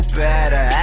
better